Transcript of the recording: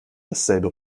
dasselbe